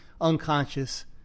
unconscious